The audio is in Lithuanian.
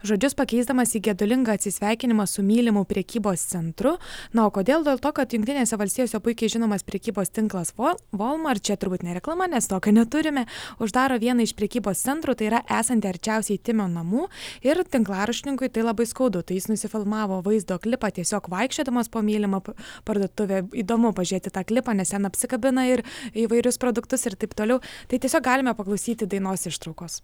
žodžius pakeisdamas į gedulingą atsisveikinimą su mylimu prekybos centru na o kodėl dėl to kad jungtinėse valstijose puikiai žinomas prekybos tinklas po valmart čia turbūt ne reklama nes tokio neturime uždaro vieną iš prekybos centrų tai yra esantį arčiausiai timio namų ir tinklaraštininkui tai labai skaudu tai jis nusifilmavo vaizdo klipą tiesiog vaikščiodamas po mylimą parduotuvę įdomu pažiūrėti tą klipą nes ten apsikabina ir įvairius produktus ir taip toliau tai tiesiog galime paklausyti dainos ištraukos